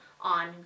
on